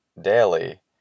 daily